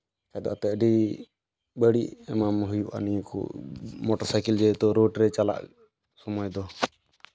ᱟᱫᱚ ᱮᱱᱛᱮᱜ ᱟᱹᱰᱤ ᱵᱟᱹᱲᱤᱡ ᱮᱢᱟᱢ ᱦᱩᱭᱩᱜᱼᱟ ᱱᱤᱭᱟᱹ ᱠᱚ ᱢᱚᱴᱚᱨ ᱥᱟᱭᱠᱮᱞ ᱡᱮᱦᱮᱛᱩ ᱨᱳᱰ ᱨᱮ ᱪᱟᱞᱟᱜ ᱥᱚᱢᱚᱭ ᱫᱚ